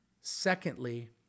Secondly